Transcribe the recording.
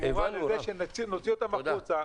בתמורה לזה שנוציא אותם החוצה,